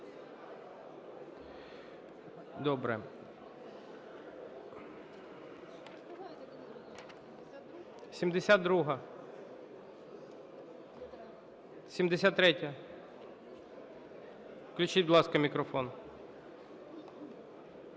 Добре. 72-а. 73-я. Включіть, будь ласка, мікрофон.